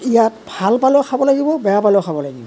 ইয়াত ভাল পালেও খাব লাগিব বেয়া পালেও খাব লাগিব